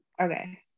okay